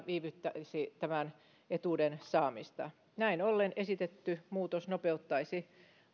viivyttäisi tämän etuuden saamista näin ollen esitetty muutos nopeuttaisi